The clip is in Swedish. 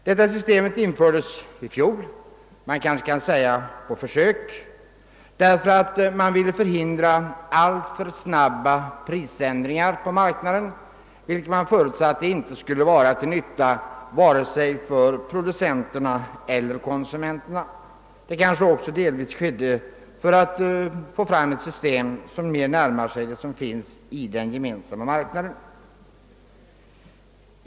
Detta system infördes i fjol — man kanske kan säga på försök — därför att man ville förhindra alltför snabba prisändringar på marknaden, vilka enligt vad man förutsatte inte skulle vara till nytta för vare sig producenterna eller konsumenterna. Det kanske också skedde delvis för att man skulle få fram ett system som mer närmade sig det som finns i den gemensamma marknaden.